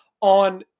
on